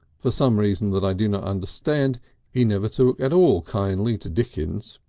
for some reason that i do not understand he never took at all kindly to dickens.